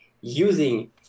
using